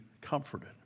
comforted